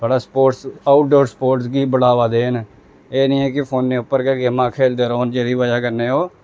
थोह्ड़ा sports outdoor sports गी बढ़ावा देन एह् निं ऐ कि फोनै उप्पर गै गेमां खेलदे रौह्न जेह्दी बजह् कन्नै ओह्